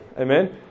Amen